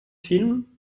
film